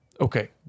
Okay